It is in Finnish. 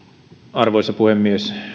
arvoisa puhemies